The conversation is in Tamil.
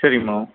சரிம்மா